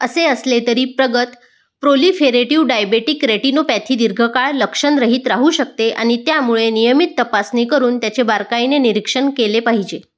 असे असले तरी प्रगत प्रोलिफेरेटिव्ह डायबेटिक रेटिनोपॅथी दीर्घकाळ लक्षणरहित राहू शकते आणि त्यामुळे नियमित तपासणी करून त्याचे बारकाईने निरीक्षण केले पाहिजे